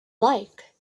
like